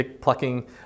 plucking